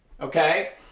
okay